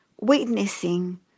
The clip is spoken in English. witnessing